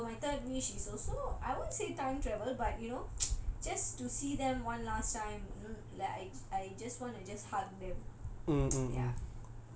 so my third wish is also I won't say time travel but you know just to see them one last time like I just want to just hug them ya